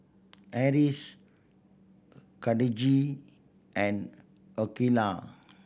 Harris Khadija and Aqeelah